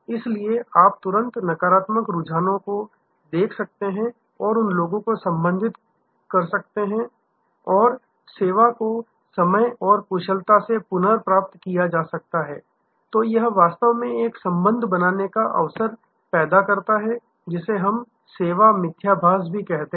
इसलिए आप तुरंत नकारात्मक रुझानों को देख सकते हैं और उन लोगों को संबोधित कर सकते हैं और यदि सेवा को समय और कुशलता से पुनर्प्राप्त किया जा सकता है तो यह वास्तव में एक संबंध बनाने का अवसर पैदा करता है जिसे हम सेवा मिथ्याभास कहते हैं